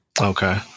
Okay